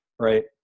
Right